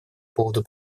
поводу